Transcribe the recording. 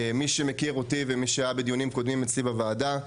מי שמכיר אותי ומי שהיה בדיונים קודמים אצלי בוועדה,